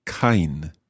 Kein